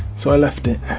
so i left it